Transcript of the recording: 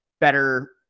better